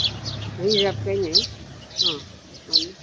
रिजर्भकै नै अँ भन्नु